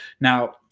now